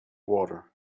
water